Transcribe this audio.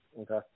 Okay